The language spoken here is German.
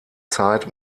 zeit